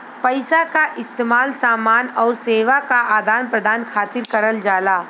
पइसा क इस्तेमाल समान आउर सेवा क आदान प्रदान खातिर करल जाला